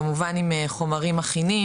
כמובן עם חומרים מכינים,